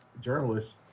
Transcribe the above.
journalists